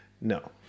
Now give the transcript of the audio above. No